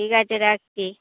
ঠিক আছে রাখছি